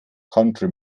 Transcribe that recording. country